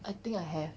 I think I have